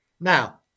Now